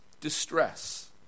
distress